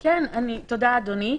תודה, אדוני.